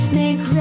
make